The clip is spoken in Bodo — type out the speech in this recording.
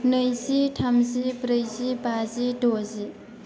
नैजि थामजि ब्रैजि बाजि द'जि